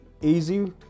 easy